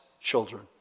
children